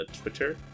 Twitter